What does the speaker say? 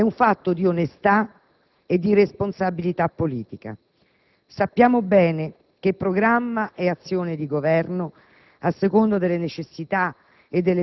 È un fatto di onestà e di responsabilità politica. Sappiamo bene che programma e azione di Governo, a seconda delle necessità